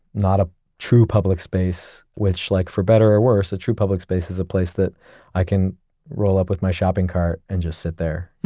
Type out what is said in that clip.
not a true public space, which, like for better or worse, a true public space is a place that i can roll up with my shopping cart and just sit there,